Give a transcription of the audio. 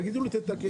תגידו לי תתקן.